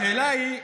השאלה היא,